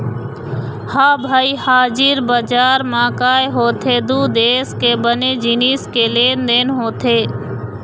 ह भई हाजिर बजार म काय होथे दू देश के बने जिनिस के लेन देन होथे